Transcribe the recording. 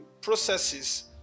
processes